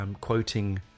quoting